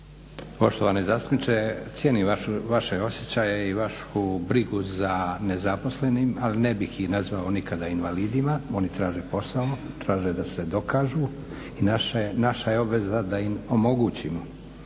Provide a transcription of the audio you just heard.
Poštovani zastupniče, cijenim vaše osjećaje i vašu brigu za nezaposlenim ali ne bih ih nazvao nikada invalidima, oni traže posao, traže da se dokažu i naša je obveza da im omogućimo.